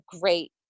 great